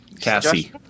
Cassie